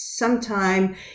sometime